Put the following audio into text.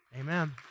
Amen